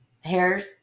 hair